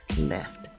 left